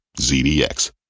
ZDX